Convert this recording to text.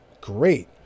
Great